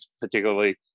particularly